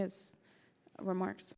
his remarks